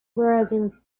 brother